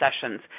sessions